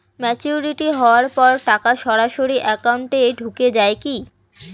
Maturity হওয়ার পর টাকা সরাসরি একাউন্ট এ ঢুকে য়ায় কি?